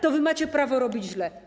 To wy macie prawo robić źle?